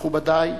מכובדי,